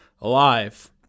alive